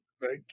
Thank